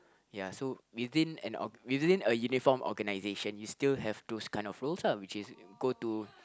ya so within an org~ within a uniform organisation you still have those kind of roles lah which is go to